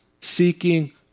seeking